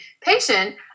patient